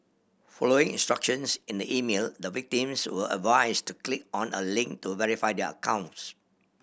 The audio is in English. following instructions in the email the victims were advised to click on a link to verify their accounts